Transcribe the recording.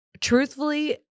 truthfully